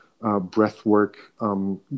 breathwork